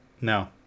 no